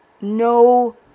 no